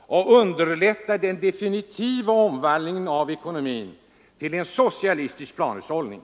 och underlättar den definitiva omvandlingen av ekonomin till en socialistisk planhushållning.